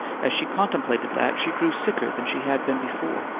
as she contemplated that, she grew sicker than she had been before.